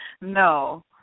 No